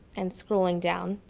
and scrolling down,